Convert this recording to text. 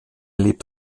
lebt